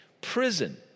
Prison